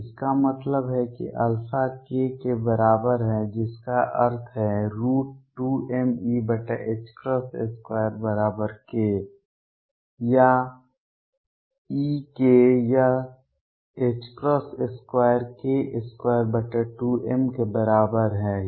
इसका मतलब है कि α k के बराबर है जिसका अर्थ है2mE2k या E यह 2k22m के बराबर है